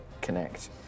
connect